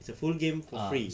it's a full game for free